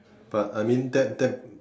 but I mean that that